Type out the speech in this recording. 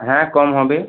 হ্যাঁ কম হবে